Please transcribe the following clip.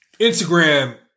Instagram